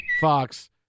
Fox